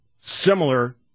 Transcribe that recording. similar